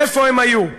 איפה הם היו?